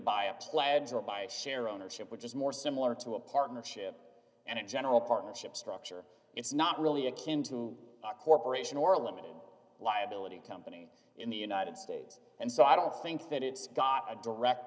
by a plaids or by a share ownership which is more similar to a partnership and in general partnership structure it's not really a kin to a corporation or a limited liability company in the united states and so i don't think that it's got a direct